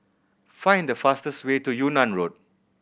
find the fastest way to Yunnan Road